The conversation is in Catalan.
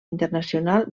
internacional